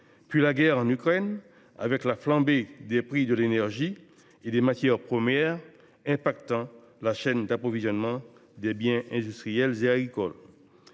puis la guerre en Ukraine, avec la flambée des prix de l’énergie et des matières premières, qui a affecté la chaîne d’approvisionnement des biens industriels et agricoles.